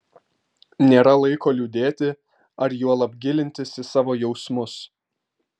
nėra laiko liūdėti ar juolab gilintis į savo jausmus